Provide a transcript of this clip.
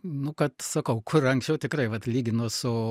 nu kad sakau kur anksčiau tikrai vat lyginu su